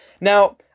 Now